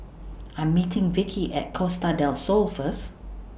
I'm meeting Vicki At Costa Del Sol First